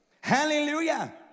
Hallelujah